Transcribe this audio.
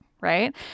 right